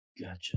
Gotcha